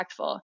impactful